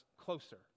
closer